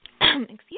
Excuse